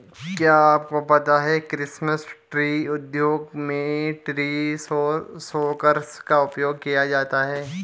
क्या आपको पता है क्रिसमस ट्री उद्योग में ट्री शेकर्स का उपयोग किया जाता है?